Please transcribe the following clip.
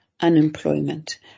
unemployment